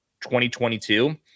2022